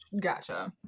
gotcha